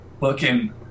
Looking